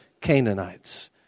Canaanites